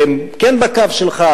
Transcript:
והם כן בקו שלך,